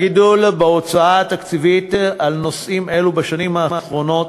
הגידול בהוצאה התקציבית על נושאים אלו בשנים האחרונות